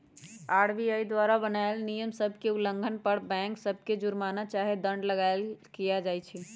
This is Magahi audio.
आर.बी.आई द्वारा बनाएल नियम सभ के उल्लंघन पर बैंक सभ पर जुरमना चाहे दंड लगाएल किया जाइ छइ